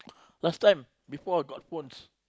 last time before I got phones